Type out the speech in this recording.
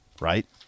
right